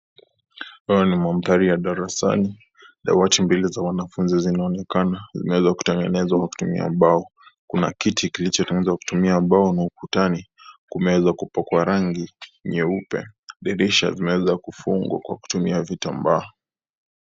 Haya ni mandhari ya darasani dawati mbili za wanafunzi zinaonekana zinaeza kutengenezwa kwa kutumia mbao kuna kiti kilichotengenezwa kutumia mbao na ukutani kumeweza kupakwa rangi nyeupe, dirisha zimeweza kufungwa kwa kutumia kitambaa.